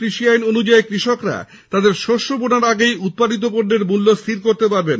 কৃষি আইন অনুযায়ী কৃষকরা তাদের শস্য বোনার আগেই উৎপাদিত পণ্যের মূল্য নির্ধারণ করতে পারবেন